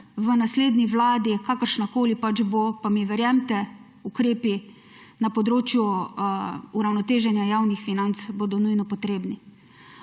v naslednji vladi, kakršnakoli pač bo, pa mi verjemite, ukrepi na področju uravnoteženja javnih financ bodo nujno potrebni.